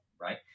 right